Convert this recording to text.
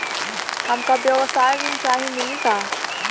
हमका व्यवसाय ऋण चाही मिली का?